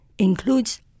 Includes